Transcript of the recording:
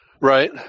right